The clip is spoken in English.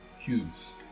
cubes